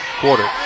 quarter